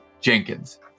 Jenkins